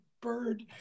bird